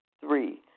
Three